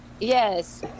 Yes